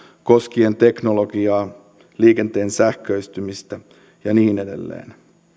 koskien teknologiaa liikenteen sähköistymistä ja niin edelleen